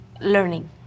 learning